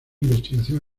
investigación